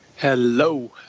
Hello